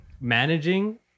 managing